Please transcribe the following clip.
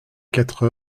quatre